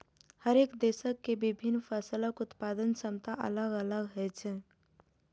हरेक देशक के विभिन्न फसलक उत्पादन क्षमता अलग अलग होइ छै